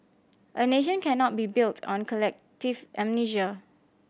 a nation cannot be built on collective amnesia